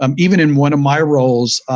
um even in one of my roles,